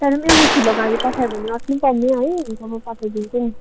तर एउटा ठुलो गाडी पठायो भनी अँट्नु पर्ने है हुन्छ म पठाइदिन्छु नि